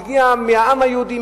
היא הגיעה מהעם היהודי,